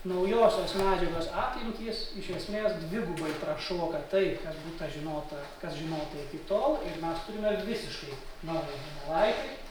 naujosios medžiagos apimtys iš esmės dvigubai prašoka tai kas būta žinota kas žinota iki tol ir mes turime visiškai naują donelaitį